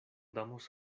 damos